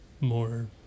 more